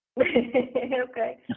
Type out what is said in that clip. okay